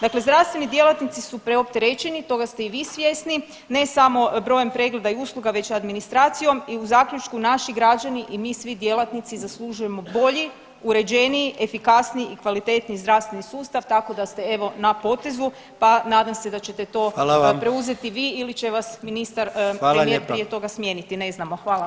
Dakle, zdravstveni djelatnici su preopterećeni, toga ste i vi svjesni ne samo brojem pregleda i usluga već administracijom i u zaključku naši građani i mi svi djelatnici zaslužujemo bolji, uređeniji, efikasniji i kvalitetniji zdravstveni sustav tako da ste evo na potezu, pa nadam se da ćete to preuzeti vi ili će vas ministar i premijer prije toga smijeniti ne znamo, hvala.